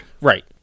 Right